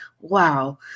wow